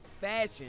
fashion